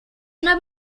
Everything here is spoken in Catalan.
una